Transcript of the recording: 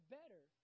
better